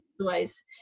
otherwise